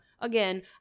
again